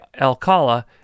Alcala